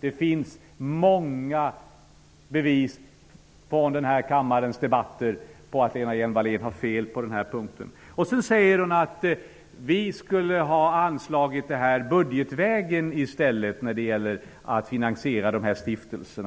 Det finns många bevis från denna kammares debatter för att Lena Hjelm-Wallén har fel på den här punkten. Vidare säger hon att vi i stället borde ha finansierat stiftelserna via